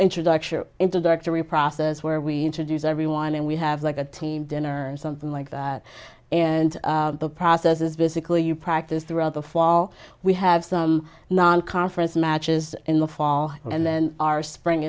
introduction into directory process where we introduce everyone and we have like a team dinner or something like that and the process is basically you practice throughout the fall we have some non conference matches in the fall and then our spring